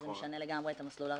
שזה משנה לגמרי את המסלול המקוצר.